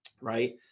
right